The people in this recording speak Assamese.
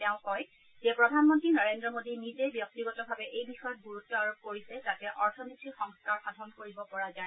তেওঁ কয় প্ৰধানমন্ত্ৰী নৰেন্দ্ৰ মোডী নিজেই ব্যক্তিগতভাৱে এই বিষয়ত গুৰুত্ আৰোপ কৰিছে যাতে অথনীতিৰ সংস্থাৰ সাধন কৰিব পৰা যায়